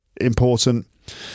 important